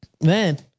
Man